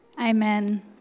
Amen